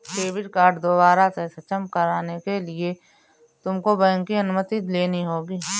debit card दोबारा से सक्षम कराने के लिए तुमको बैंक की अनुमति लेनी होगी